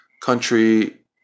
country